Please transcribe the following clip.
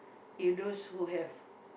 you those who have